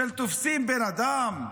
שתופסים בן אדם,